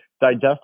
digest